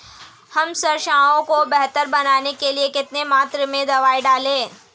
हम सरसों को बेहतर बनाने के लिए कितनी मात्रा में दवाई डालें?